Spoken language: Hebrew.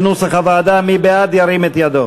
לא נתקבלה.